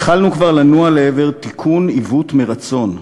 התחלנו כבר לנוע לעבר תיקון עיוות מרצון,